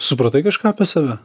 supratai kažką apie save